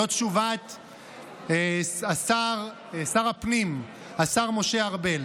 זאת תשובת השר, שר הפנים, השר משה ארבל: